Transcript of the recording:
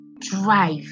drive